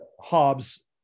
Hobbes